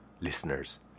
listeners